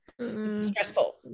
stressful